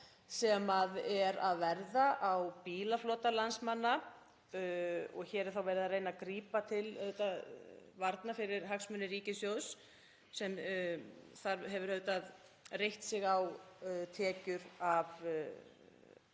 sem er að verða á bílaflota landsmanna og hér er þá verið að reyna að grípa til varna fyrir hagsmuni ríkissjóðs sem hefur auðvitað reitt sig á tekjur